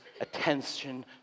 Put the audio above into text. attention